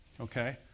Okay